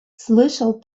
слышал